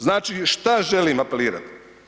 Znači, šta želim apelirati?